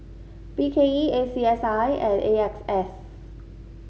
B K E A C S I and A X S